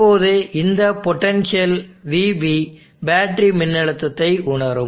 இப்போதுஇந்த potential vB battery மின்னழுத்தத்தை உணரும்